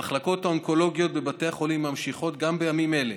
המחלקות האונקולוגיות בבתי החולים ממשיכות גם בימים אלה,